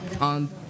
on